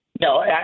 No